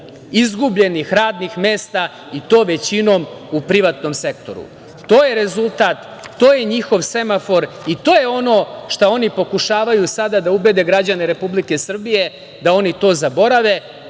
izgubljenih radnih mesta, i to većinom u privatnom sektoru. To je rezultat, to je njihov semafor i to je ono šta oni pokušavaju sada da ubede građane Republike Srbije da oni to zaborave,